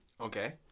Okay